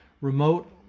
remote